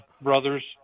brothers